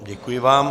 Děkuji vám.